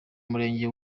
murenge